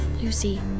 Lucy